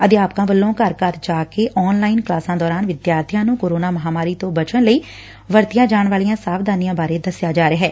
ਅਧਿਆਪਕਾਂ ਵੱਲੋਂ ਘਰ ਘਰ ਜਾ ਕੇ ਅਤੇ ਆਨ ਲਾਈਨ ਕਲਾਸਾਂ ਦੌਰਾਨ ਵਿਦਿਆਰਬੀਆਂ ਨੂੰ ਕੋਰੋਨਾ ਮਹਾਂਮਾਰੀ ਤੋਂ ਬਚਣ ਲਈ ਵਰਤੀਆਂ ਜਾਣ ਵਾਲੀਆਂ ਸਾਵਧਾਨੀਆਂ ਬਾਰੇ ਦਸਿਆ ਜਾ ਰਿਹੈ